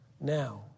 now